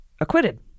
acquitted